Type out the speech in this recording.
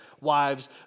wives